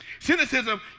Cynicism